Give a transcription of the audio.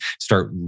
start